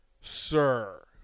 sir